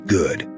good